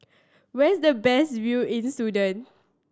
where's the best view in Sudan